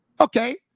Okay